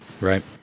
right